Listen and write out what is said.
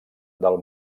del